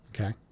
Okay